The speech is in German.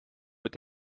mit